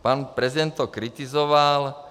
Pan prezident to kritizoval.